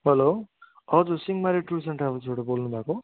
hello हजुर Singhamari tours and ट्राभल्सबाट बोल्नुभएको हो